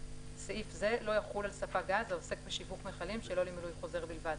סעיף זה לא יחול על ספק גז העוסק בשיווק מכלים שלא למילוי חוזר בלבד.